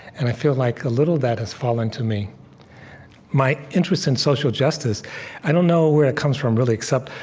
and i feel like a little of that has fallen to me my interest in social justice i don't know where it comes from really, except,